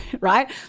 right